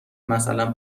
مثلا